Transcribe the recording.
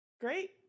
Great